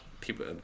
people